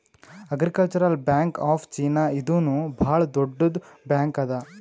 agricultural bank of China ಇದೂನು ಭಾಳ್ ದೊಡ್ಡುದ್ ಬ್ಯಾಂಕ್ ಅದಾ